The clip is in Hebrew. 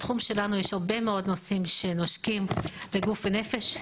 יש בתחום שלנו הרבה נושאים שנושקים לגוף ונפש,